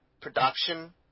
production